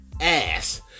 ass